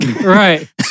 right